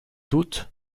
doute